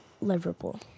Liverpool